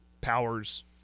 Powers